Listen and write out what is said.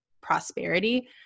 prosperity